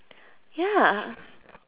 ya